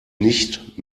nicht